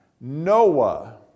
Noah